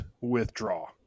withdraw